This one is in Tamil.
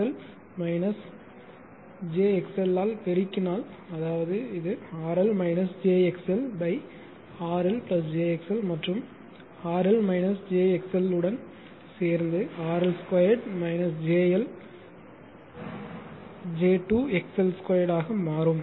எல் ஜே எக்ஸ் ஆல் பெருக்கினால் அதாவது இது RL j XL RL XL மற்றும் RL j XL உடன் சேர்ந்து RL 2 j 2 XL 2 ஆக மாறும்